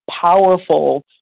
powerful